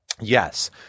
yes